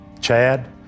Chad